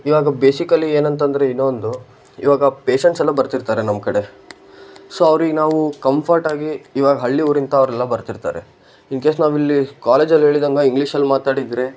ಇವಾಗ ಬೇಸಿಕಲಿ ಏನಂತಂದರೆ ಇನ್ನೊಂದು ಇವಾಗ ಪೇಶಂಟ್ಸ್ ಎಲ್ಲ ಬರ್ತಿರ್ತಾರೆ ನಮ್ಮಕಡೆ ಸೊ ಅವ್ರಿಗೆ ನಾವು ಕಂಫರ್ಟಾಗಿ ಇವಾಗ ಹಳ್ಳಿಯವರು ಇಂಥವರೆಲ್ಲ ಬರ್ತಿರ್ತಾರೆ ಇನ್ಕೇಸ್ ನಾವಿಲ್ಲಿ ಕಾಲೇಜಲ್ಲಿ ಹೇಳಿದಂಗ ಇಂಗ್ಲೀಷಲ್ಲಿ ಮಾತಾಡಿದರೆ